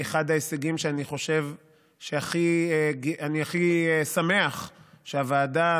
אחד ההישגים שאני הכי שמח שהוועדה,